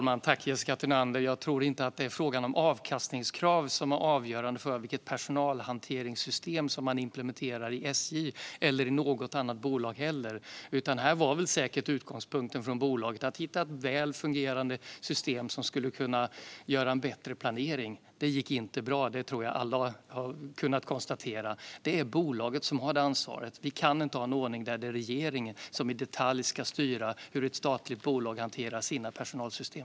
Fru talman! Jag tror inte att avkastningskravet är avgörande för vilket personalhanteringssystem som man implementerar inom SJ eller inom något annat bolag. Här var säkert utgångspunkten från bolaget att hitta ett väl fungerande system som skulle kunna innebära en bättre planering. Det gick inte bra; det tror jag att alla har kunnat konstatera. Det är bolaget som har detta ansvar. Vi kan inte ha en ordning där det är regeringen som i detalj ska styra hur ett statligt bolag hanterar sina personalsystem.